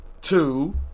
two